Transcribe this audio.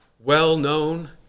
well-known